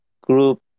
group